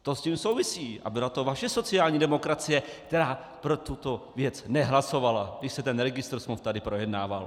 To s tím souvisí a byla to vaše sociální demokracie, která pro tuto věc nehlasovala, když se registr smluv tady projednával.